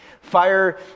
Fire